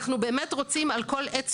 סליחה